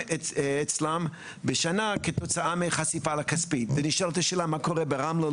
אצלם בשנה כתוצאה מחשיפה לכספית ונשאלת השאלה מה קורה ברמלה,